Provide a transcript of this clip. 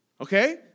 Okay